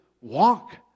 Walk